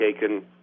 taken